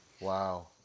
Wow